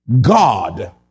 God